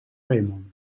remon